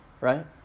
right